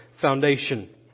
foundation